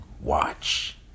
watch